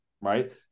right